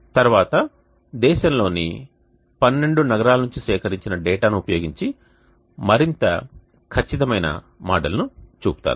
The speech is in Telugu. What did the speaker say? తర్వాత దేశంలోని 12 నగరాల నుండి సేకరించిన డేటాను ఉపయోగించి మరింత ఖచ్చితమైన మోడల్ను చూపుతాను